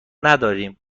نداریم